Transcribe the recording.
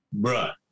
bruh